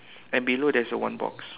and below there is a one box